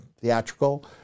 theatrical